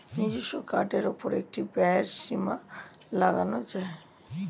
নিজস্ব কার্ডের উপর একটি ব্যয়ের সীমা লাগানো যায়